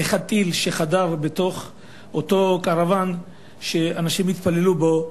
טיל שחדר לאותו קרוון שאנשים התפללו בו,